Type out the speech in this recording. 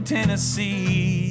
Tennessee